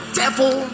devil